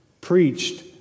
preached